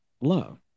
love